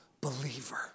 believer